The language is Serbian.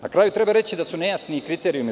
Na kraju, treba reći da su nejasni kriterijumi.